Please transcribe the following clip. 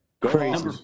Crazy